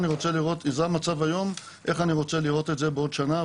זה המצב היום, איך אני רוצה לראות את זה בעוד שנה?